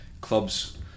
clubs